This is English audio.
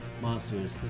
monsters